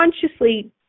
consciously